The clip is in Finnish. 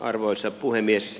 arvoisa puhemies